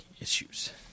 issues